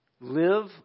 live